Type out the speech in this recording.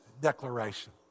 declaration